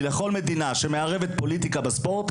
לכל מדינה שמערבת את הפוליטיקה בספורט,